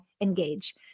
Engage